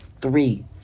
Three